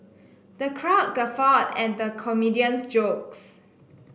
the crowd guffawed at the comedian's jokes